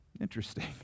interesting